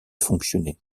fonctionner